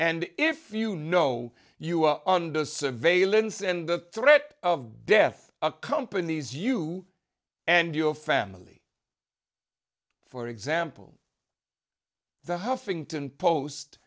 and if you know you are under surveillance and the threat of death accompanies you and your family for example